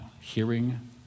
hearing